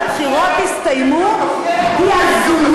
הטיפשות שהאופוזיציה מתנהגת בה מהרגע שהבחירות הסתיימו היא הזויה.